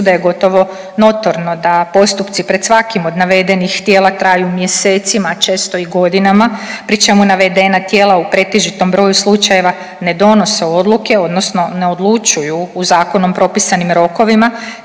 da je gotovo notorno da postupci pred svakim od navedenih tijela traju mjesecima, često i godinama pri čemu navedena tijela u pretežitom broju slučajeva ne donose odluke odnosno ne odlučuju u zakonom propisanim rokovima